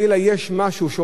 יש מישהו שרוצה,